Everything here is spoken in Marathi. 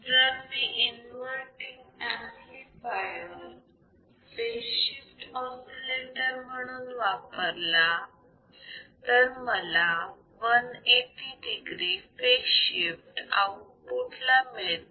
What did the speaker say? जर मी inverting amplifier phase shift oscillator oscillators म्हणून वापरला तर मला 180 degree फेज शिफ्ट आउटपुट ला मिळते